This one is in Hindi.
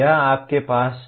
यह आपके पास है